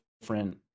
different